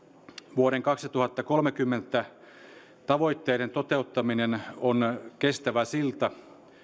vuoden kaksituhattakolmekymmentä tavoitteiden toteuttaminen on kestävä silta